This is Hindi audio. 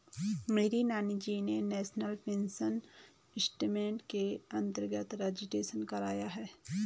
मेरे नानाजी ने नेशनल पेंशन सिस्टम के अंतर्गत रजिस्ट्रेशन कराया है